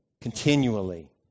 continually